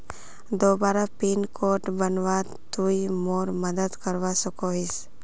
दोबारा pin code बनवात तुई मोर मदद करवा सकोहिस?